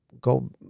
go